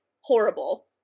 horrible